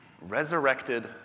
resurrected